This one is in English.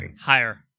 Higher